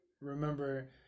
Remember